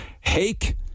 Hake